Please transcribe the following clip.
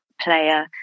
player